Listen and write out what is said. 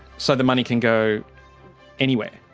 so the money can go anywhere?